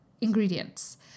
ingredients